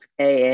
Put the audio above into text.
AA